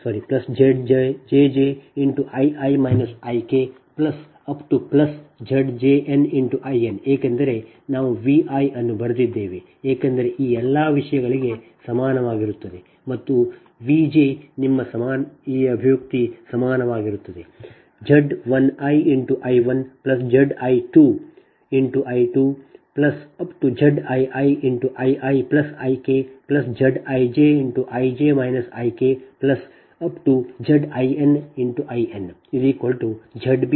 ಆದ್ದರಿಂದ ಈ VjZj1I1Zj2I2ZjiIiIkZjjIj IkZjnIn ಏಕೆಂದರೆ ನಾವು V i ಅನ್ನು ಬರೆದಿದ್ದೇವೆ ಏಕೆಂದರೆ ಈ ಎಲ್ಲ ವಿಷಯಗಳಿಗೆ ಸಮಾನವಾಗಿರುತ್ತದೆ ಮತ್ತು V j ನಿಮ್ಮ ಸಮಾನವಾಗಿರುತ್ತದೆ ಈ ಅಭಿವ್ಯಕ್ತಿ